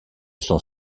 sont